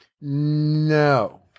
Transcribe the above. No